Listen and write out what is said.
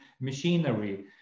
machinery